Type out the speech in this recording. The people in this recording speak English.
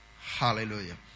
Hallelujah